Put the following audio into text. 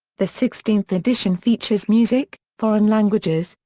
the sixteenth edition features music, foreign languages,